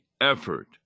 effort